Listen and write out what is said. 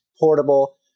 portable